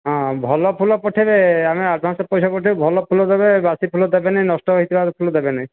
ହଁ ଭଲ ଫୁଲ ପଠାଇବେ ଆମେ ଆଡ଼ଭାନ୍ସରେ ପଇସା ପଠାଇବୁ ଭଲ ଫୁଲ ଦେବେ ବାସି ଫୁଲ ଦେବେ ନାହିଁ ନଷ୍ଟ ହୋଇଥିବା ଫୁଲ ଦେବେ ନାହିଁ